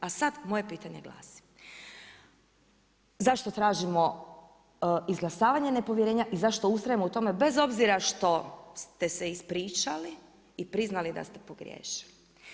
A sad, moje pitanje glasi, zašto tražimo izglasavanje nepovjerenja, i zašto ustrajemo u tome, bez obzira što ste se ispričali i priznali da ste pogriješili.